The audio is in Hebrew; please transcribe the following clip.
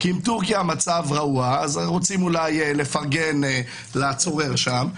כי עם טורקיה המצב רעוע אז רוצים אולי לפרגן לצורר שם,